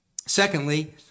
Secondly